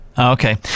okay